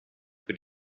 per